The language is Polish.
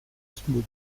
smutno